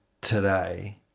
today